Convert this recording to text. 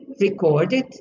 recorded